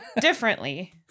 differently